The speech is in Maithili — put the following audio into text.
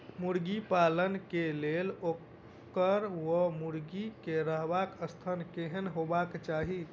मुर्गी पालन केँ लेल ओकर वा मुर्गी केँ रहबाक स्थान केहन हेबाक चाहि?